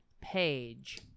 page